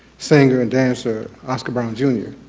singer, and dancer oscar brown jr.